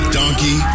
donkey